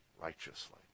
righteously